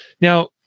Now